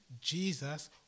Jesus